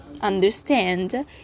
understand